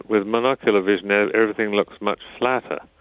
with monocular vision ah everything looks much flatter,